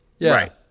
Right